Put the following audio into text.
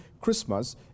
Christmas